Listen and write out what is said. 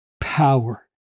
power